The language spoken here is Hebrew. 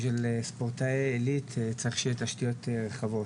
בשביל ספורטאי עלית צריך שיהיו תשתיות רחבות.